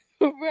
right